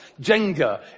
Jenga